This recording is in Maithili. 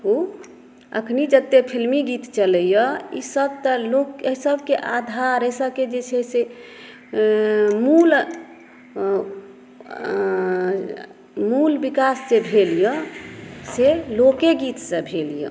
ओ अखन जतय फ़िल्मी गीत चलैया ई सभ तऽ लोक ई सभक आधार ई सभक जे छै से मूल मूल विकास जे भेल यऽ से लोकेगीतसँ भेल यऽ